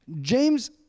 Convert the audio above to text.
James